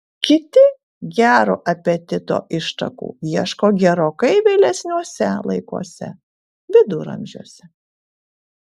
kiti gero apetito ištakų ieško gerokai vėlesniuose laikuose viduramžiuose